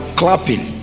clapping